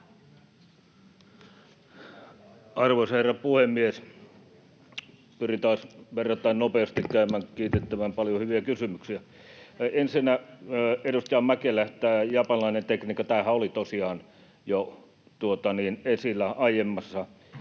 Arvoisa herra puhemies! Pyrin taas verrattaen nopeasti käymään läpi kiitettävän paljon hyviä kysymyksiä. Ensinnä, edustaja Mäkelä, tämä japanilainen tekniikkahan oli tosiaan jo esillä aiemmassa,